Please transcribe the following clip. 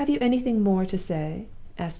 have you anything more to say?